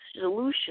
solution